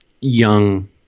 Young